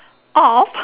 of